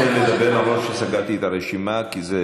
כן נותן לדבר, למרות שסגרתי את הרשימה, כי אלה